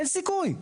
אין סיכוי.